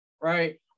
right